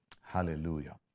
Hallelujah